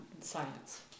science